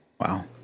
Wow